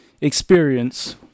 experience